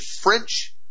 French